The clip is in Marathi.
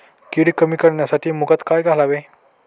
कीड कमी करण्यासाठी मुगात काय घालावे?